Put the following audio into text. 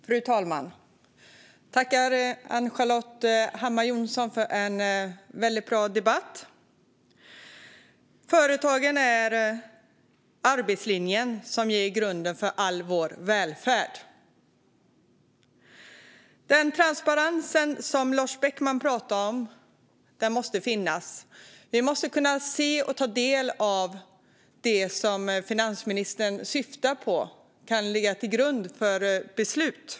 Fru talman! Jag tackar Ann-Charlotte Hammar Johnsson för en bra interpellation. Företagen och arbetslinjen utgör grunden för all vår välfärd. Den transparens som Lars Beckman pratade om måste finnas. Vi måste kunna ta del av det som ligger till grund för finansministerns beslut.